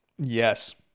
Yes